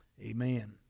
Amen